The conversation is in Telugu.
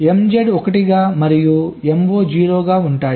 MZ 1 గా మరియు MO 0 గా ఉంటాయి